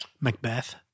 Macbeth